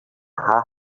half